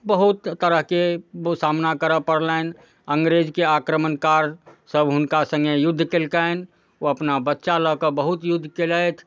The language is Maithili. बहुत तरहके सामना करऽ पड़लनि अङ्गरेजके आक्रमणकाल सब हुनका सङ्गे युद्ध केलकनि ओ अपना बच्चा लऽ कऽ बहुत युद्ध केलथि